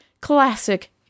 classic